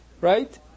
right